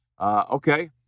Okay